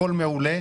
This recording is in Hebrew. הכול מעולה.